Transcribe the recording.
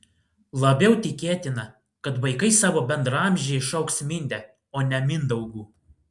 labiau tikėtina kad vaikai savo bendraamžį šauks minde o ne mindaugu